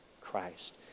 Christ